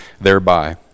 thereby